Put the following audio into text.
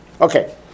Okay